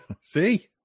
See